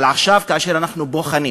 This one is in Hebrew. אבל עכשיו, כאשר אנחנו בוחנים